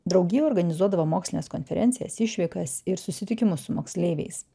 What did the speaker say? draugija organizuodavo mokslines konferencijas išvykas ir susitikimus su moksleiviais